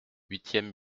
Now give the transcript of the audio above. huitième